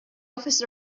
office